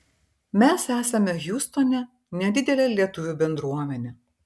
mes esame hjustone nedidelė lietuvių bendruomenė